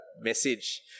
message